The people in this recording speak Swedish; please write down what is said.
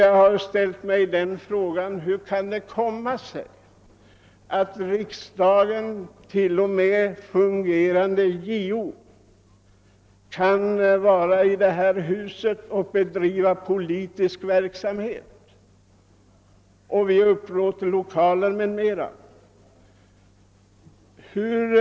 Jag har ställt mig frågan: Hur kan det komma sig att t.o.m. fungerande JO kan vara i det här huset och bedriva politisk verksamhet och att vi upplåter lokaler m.m. härför?